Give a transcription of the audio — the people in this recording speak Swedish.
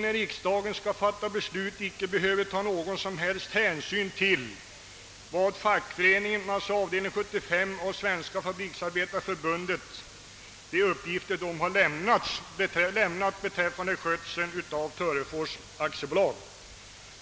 När riksdagen nu skall fatta beslut, behöver vi då inte ta någon som helst hänsyn till de uppgifter beträffande skötseln av Törefors som har lämnats av avdelning 75 av Svenska fabriksarbetareförbundet?